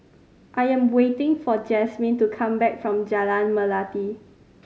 I am waiting for Jazmin to come back from Jalan Melati